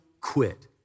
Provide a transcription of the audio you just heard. quit